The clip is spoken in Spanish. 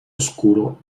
oscuro